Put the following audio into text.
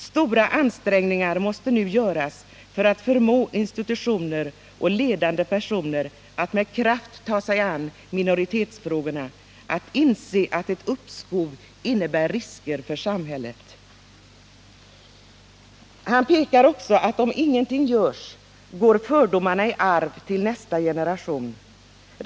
Stora ansträngningar måste nu göras för att förmå institutioner och ledande personer att med kraft ta sig an minoritetsfrågorna, att inse att ett uppskov innebär risker för samhället.” Han påpekar också att om ingenting görs går fördomarna i arv till nästa generation.